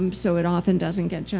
um so it often doesn't get done.